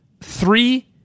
three